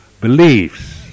beliefs